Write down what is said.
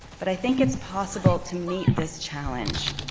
but i think it's possible to meet this challenge.